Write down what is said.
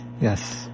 Yes